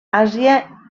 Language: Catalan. àsia